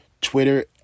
Twitter